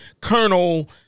colonel